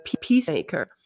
peacemaker